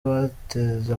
bateze